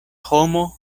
homo